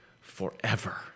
forever